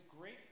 great